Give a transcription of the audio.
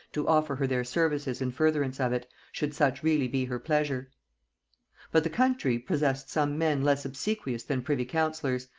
to offer her their services in furtherance of it, should such really be her pleasure but the country possessed some men less obsequious than privy-councillors,